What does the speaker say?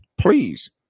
Please